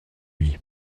lui